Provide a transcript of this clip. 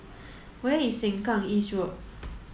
where is Sengkang East Road